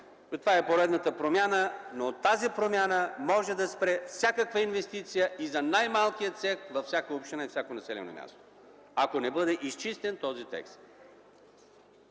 „Това е поредната промяна”. Но тази промяна може да спре всякаква инвестиция и за най-малкия цех във всяка община и всяко населено място, ако не бъде изчистен този текст.